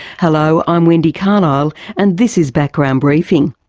hello, i'm wendy carlisle and this is background briefing.